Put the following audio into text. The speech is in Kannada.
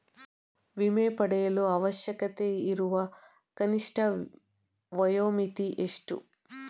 ವಿಮೆ ಪಡೆಯಲು ಅವಶ್ಯಕತೆಯಿರುವ ಕನಿಷ್ಠ ವಯೋಮಿತಿ ಎಷ್ಟು?